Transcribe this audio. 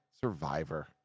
Survivor